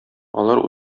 алар